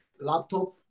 laptop